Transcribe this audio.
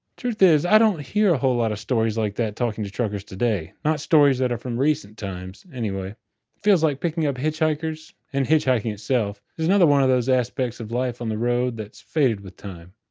truth is, i don't hear a whole lot of stories like that talking to truckers today, not stories that are from recent times. anyway. it feels like picking up hitchhikers and hitchhiking itself is another one of those aspects of life on the road that's faded with time.